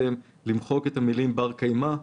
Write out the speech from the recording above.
למחוק את המילים "בר קיימא".